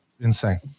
insane